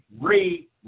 re